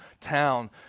town